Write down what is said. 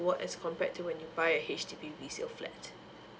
as compared to when you buy a H_D_B resales flat